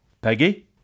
Peggy